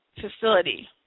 facility